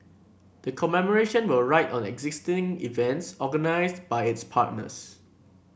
the commemoration will ride on existing events organised by its partners